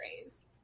phrase